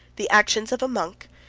the actions of a monk,